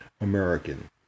american